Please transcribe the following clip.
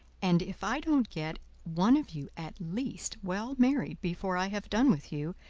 and if i don't get one of you at least well married before i have done with you,